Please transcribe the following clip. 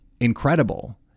incredible